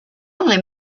only